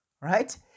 right